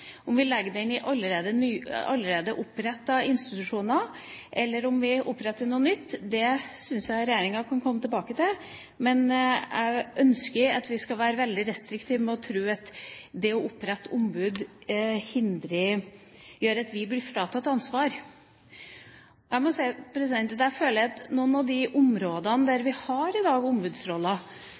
om vi legger den i allerede opprettede institusjoner eller om vi oppretter noe nytt, det syns jeg regjeringa kan komme tilbake til. Vi skal være veldig restriktive med å tro at det å opprette ombud gjør at vi blir fratatt ansvar. Jeg føler at noen av de områdene der vi i dag